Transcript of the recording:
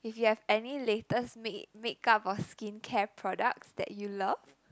if you have any latest mak~ make up or skincare products that you love